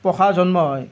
পোখাৰ জন্ম হয়